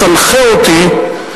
תנחה אותי,